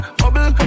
bubble